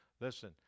Listen